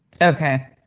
Okay